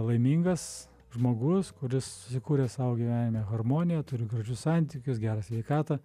laimingas žmogus kuris susikūrė savo gyvenime harmoniją turi gražius santykius gerą sveikatą